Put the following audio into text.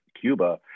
Cuba